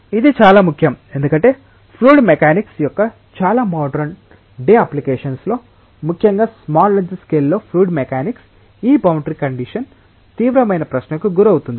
ఇది చాలా ముఖ్యం ఎందుకంటే ఫ్లూయిడ్ మెకానిక్స్ యొక్క చాలా మోడరన్ డే అప్లికేషన్స్ లో ముఖ్యంగా స్మాల్ లెంగ్త్ స్కేల్స్ లో ఫ్లూయిడ్ మెకానిక్స్ ఈ బౌండరీ కండిషన్ తీవ్రమైన ప్రశ్నకు గురవుతుంది